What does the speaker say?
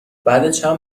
چند